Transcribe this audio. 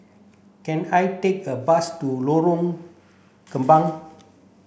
can I take a bus to Lorong Kembang